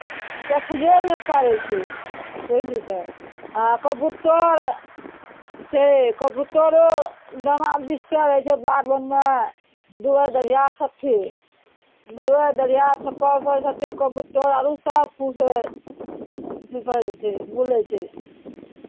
देखैयो नहि पड़ै छै कोयलीके आ कबूतर छै कबूतरो दाना बिछते रहै छै बाध बोनमे दुआरि दढ़िया सभचीज दुआरि दढ़िया सभपर हरसट्ठे कबूतर आओर ओ सभकिछुए अथी करै छै बूलैत छै